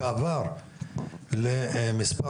שעבר למספר